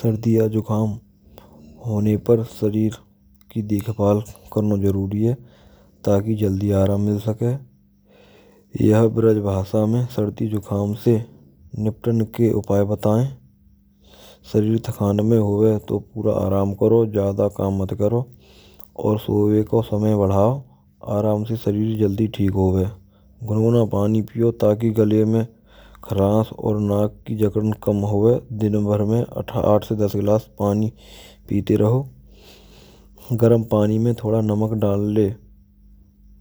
Sardee aaj mushkil hone par shareer kee dekhabhaal karana jarooree hai Taakee jaldee aaraam mil sake yah braj bhaasha mein sardee jukam se nipun ke upaay bataen. Shareer thakne mein ho gae to poora aaraam karo jyaada kaam mat karo aur sone ko samay badhao aaraam se. Subhee jaldee uth paanee piyo taaki gale mein kharaash aur naak kee jagan kam ho. Din bhar mein aath se das gilaas paanee peete raho. Garam Pani mai thoda namak daal lein.